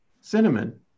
cinnamon